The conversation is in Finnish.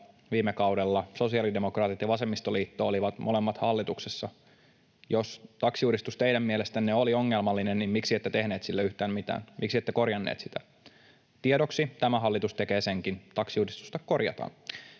viime kaudella sosiaalidemokraatit ja vasemmistoliitto olivat molemmat hallituksessa. Jos taksiuudistus teidän mielestänne oli ongelmallinen, niin miksi ette tehneet sille yhtään mitään? Miksi ette korjanneet sitä? Tiedoksi: tämä hallitus tekee senkin, taksiuudistusta korjataan.